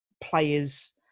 player's